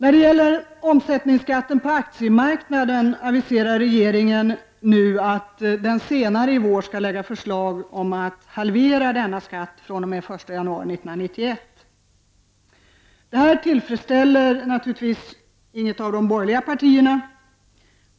Regeringen aviserar att den senare i vår skall lägga fram förslag om att halvera omsättningsskatten på aktier fr.o.m. den 1 januari 1991. Detta tillfredsställer naturligtvis inget av de borgerliga partierna.